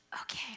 Okay